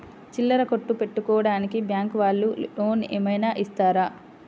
చిల్లర కొట్టు పెట్టుకోడానికి బ్యాంకు వాళ్ళు లోన్ ఏమైనా ఇస్తారా?